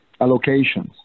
allocations